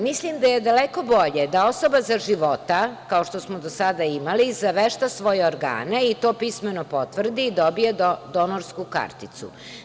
Mislim da je daleko bolje da osoba za života, kao što smo do sada imali, zavešta svoje organe i to pismeno potvrdi i dobije donorsku karticu.